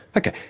ok,